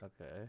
Okay